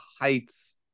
heights